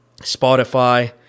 spotify